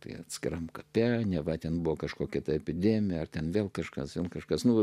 tai atskiram akte neva ten buvo kažkokia epidemija ar ten vėl kažkas jums kažkas naujo